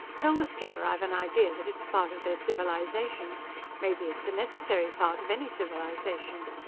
tell the skipper i've an idea that it's a part of their civilization maybe it's a necessary part of any civilization!